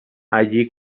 allí